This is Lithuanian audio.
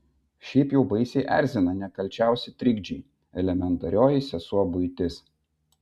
šiaip jau baisiai erzina nekalčiausi trikdžiai elementarioji sesuo buitis